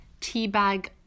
Teabag